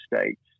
States